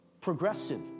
progressive